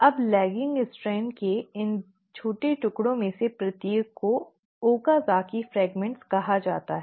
अब lagging strand के इन छोटे टुकड़ों में से प्रत्येक को ओकाज़की फ्रेगमेंट्स कहा जाता है